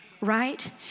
Right